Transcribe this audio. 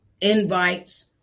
invites